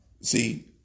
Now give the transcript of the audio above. See